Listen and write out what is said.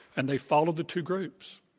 and they followed the two groups.